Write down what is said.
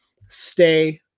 stay